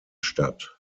statt